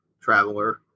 Traveler